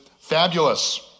fabulous